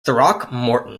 throckmorton